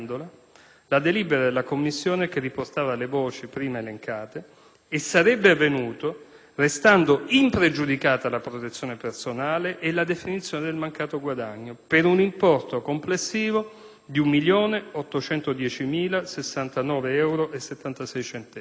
la delibera della commissione che riportava le voci prima elencate; e sarebbe avvenuto restando impregiudicata la protezione personale e la definizione del mancato guadagno, per un importo complessivo di 1.810.069,76 euro.